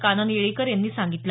कानन येळीकर यांनी सांगितलं